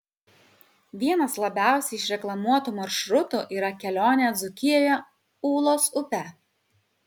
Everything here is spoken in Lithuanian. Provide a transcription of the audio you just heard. vienas labiausiai išreklamuotų maršrutų yra kelionė dzūkijoje ūlos upe